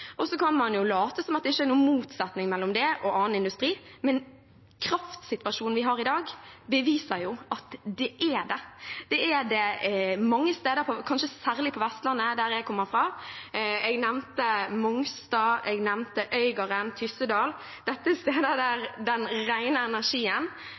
Så kan man late som om det ikke er noen motsetning mellom det og annen industri, men kraftsituasjonen vi har i dag, beviser jo at det er det. Det er det mange steder, kanskje særlig på Vestlandet, der jeg kommer fra. Jeg nevnte Mongstad, Øygarden og Tyssedal. Dette er steder